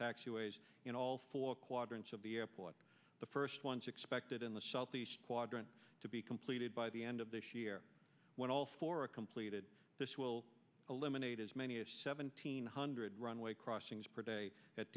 taxiways in all four quadrants of the airport the first ones expected in the southeast quadrant to be completed by the end of this year when all for a completed this will eliminate as many as seventeen hundred runway crossings per day at